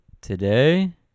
Today